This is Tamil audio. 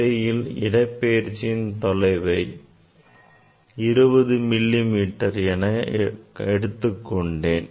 திரையில் இடப்பெயர்ச்சி தொலைவை 20 மில்லி மீட்டர் என எடுத்துக்கொண்டேன்